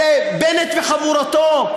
אלה בנט וחבורתו,